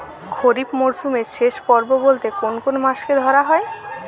খরিপ মরসুমের শেষ পর্ব বলতে কোন কোন মাস কে ধরা হয়?